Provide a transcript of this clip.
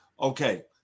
Okay